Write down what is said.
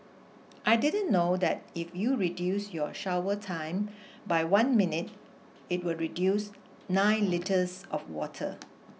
I didn't know that if you reduce your shower time by one minute it will reduce nine litres of water